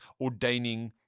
ordaining